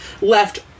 left